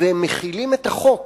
ומחילים את החוק